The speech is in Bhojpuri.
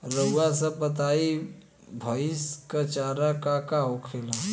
रउआ सभ बताई भईस क चारा का का होखेला?